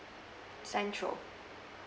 central